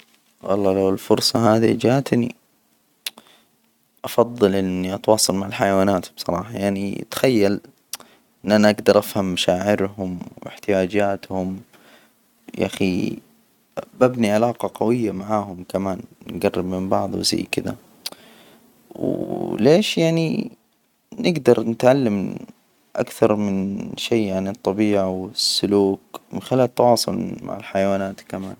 والله لو الفرصة هذى جاتني، أفضل إني أتواصل مع الحيوانات بصراحة، يعني تخيل إن أنا أجدر أفهم مشاعرهم واحتياجاتهم، يا أخي ببني علاقة قوية معاهم، كمان نجرب من بعض، وزي كده. وليش، يعني نجدر نتعلم أكثر من شي، يعني الطبيعة والسلوك من خلال التواصل مع الحيوانات كمان.